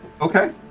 Okay